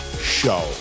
Show